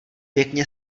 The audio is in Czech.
pěkně